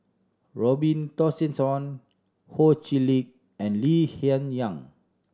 Robin Tessensohn Ho Chee Lick and Lee Hsien Yang